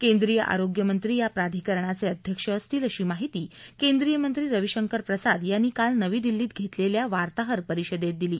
केंद्रीय आरोग्य मंत्री या प्राधिकरणाचे अध्यक्ष असतील अशी माहिती केंद्रीय मंत्री रविशंकर प्रसाद यांनी काल नवी दिल्लीत घेतलेल्या वार्ताहरपरिषदेत दिली